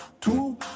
two